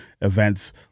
events